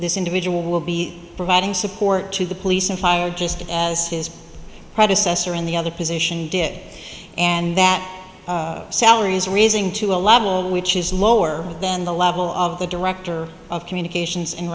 this individual will be providing support to the police and fire just as his predecessor in the other position did and that salary is raising to a level which is lower than the level of the director of communications and